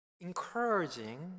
encouraging